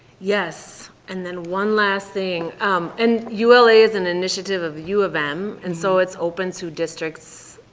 yes and then one last thing and ula is an initiative of u of m and so it's open to districts,